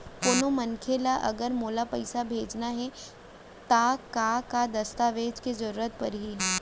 कोनो मनखे ला अगर मोला पइसा भेजना हे ता का का दस्तावेज के जरूरत परही??